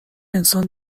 انسان